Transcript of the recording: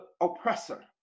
oppressor